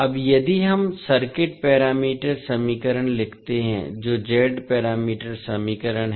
अब यदि हम सर्किट पैरामीटर समीकरण लिखते हैं जो Z पैरामीटर समीकरण है